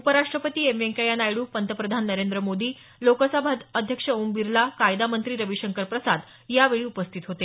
उपराष्ट्रपती एम व्यंकय्या नायडू पंतप्रधान नरेंद्र मोदी लोकसभा अध्यक्ष ओम बिरला कायदा मंत्री रविशंकर प्रसाद यावेळी उपस्थित होते